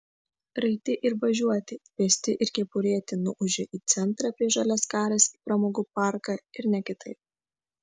raiti ir važiuoti pėsti ir kepurėti nuūžė į centrą prie žaliaskarės į pramogų parką ir ne kitaip